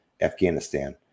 Afghanistan